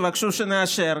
תבקשו שנאשר.